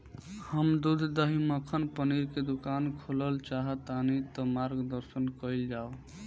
हम दूध दही मक्खन पनीर के दुकान खोलल चाहतानी ता मार्गदर्शन कइल जाव?